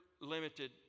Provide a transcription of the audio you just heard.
limited